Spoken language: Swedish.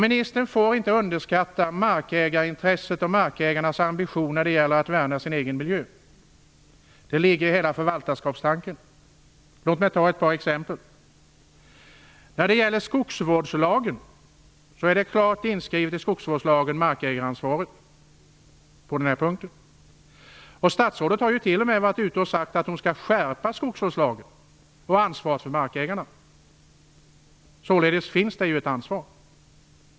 Ministern får inte underskatta markägarintresset och markägarnas ambition när det gäller att värna sin egen miljö. Det ligger i hela förvaltarskapstanken. Låt mig ta ett par exempel. Markägaransvaret är klart inskrivet i skogsvårdslagen. Statsrådet har t.o.m. sagt att man skall skärpa skogsvårdslagen och ansvaret för markägarna. Således finns det ett ansvar.